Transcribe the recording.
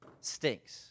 stinks